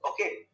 okay